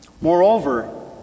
Moreover